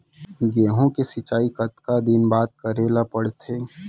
गेहूँ के सिंचाई कतका दिन बाद करे ला पड़थे?